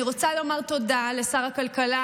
אני רוצה לומר תודה לשר הכלכלה,